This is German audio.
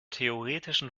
theoretischen